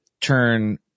turn